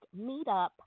meetup